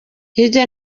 hirya